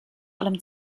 allem